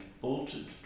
bolted